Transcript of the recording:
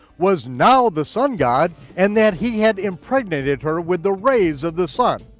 was now the sun-god, and that he had impregnated her with the rays of the sun.